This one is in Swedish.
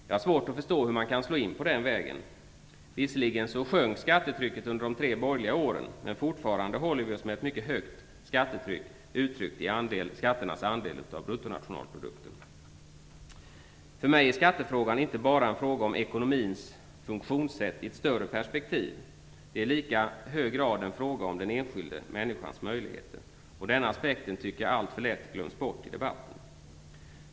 Jag har svårt att förstå hur man kan slå in på den vägen. Visserligen sjönk skattetrycket under de tre borgerliga åren, men fortfarande håller vi oss med ett mycket högt skattetryck uttryckt i skatternas andel av För mig är skattefrågan inte bara en fråga om ekonomins funktionssätt i ett större perspektiv. Det är i lika hög grad en fråga om den enskilda människans möjligheter. Denna aspekt tycker jag glöms alltför lätt bort i debatten.